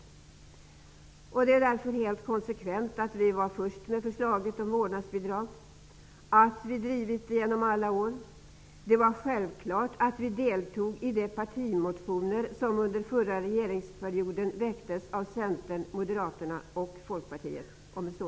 Helt konsekvent var Centern därför först med att lägga fram ett förslag om ett vårdnadsbidrag, något som vi också drivit i många år. Det var för oss självklart att deltaga i de partimotioner som under förra regeringsperioden väcktes av Centern, Moderaterna och Folkpartiet.